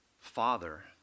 father